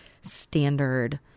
standard